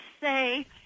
say